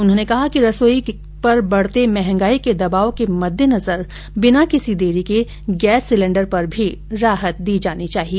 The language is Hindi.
उन्होंने कहा कि रसोई पर बढ़ते महंगाई के दबाव के मईनजर बिना किसी देरी के गैस सिलेण्डर पर भी राहत दी जानी चाहिए